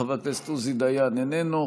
חבר הכנסת עוזי דיין, איננו.